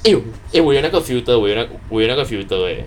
eh eh 我有那个 filter 我有那个 filter eh